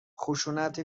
خشونت